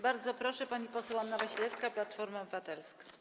Bardzo proszę, pani poseł Anna Wasilewska, Platforma Obywatelska.